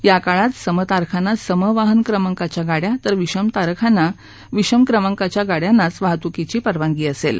या काळात सम तारखांना सम वाहन क्रमांकाच्या गाड्या तर विषम तारखांना विषम क्रमांकाच्या गाड्यांनाच वाहतूकीची परवानगी असेल